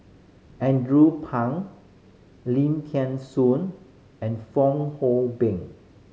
Andrew Phang Lim Thean Soon and Fong Hoe Beng